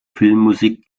filmmusik